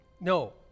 No